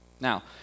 Now